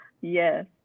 Yes